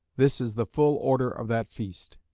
this is the full order of that feast.